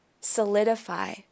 solidify